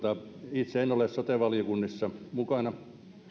itse en ole sote valiokunnissa mukana